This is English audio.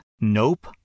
Nope